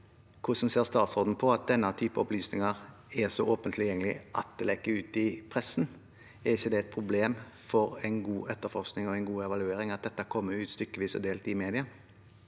Hvordan ser statsråden på at denne type opplysninger er så åpent tilgjengelig at de lekker ut til pressen? Er det ikke et problem for en god etterforskning og en god evaluering at dette kommer ut stykkevis og delt i media?